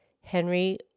Henry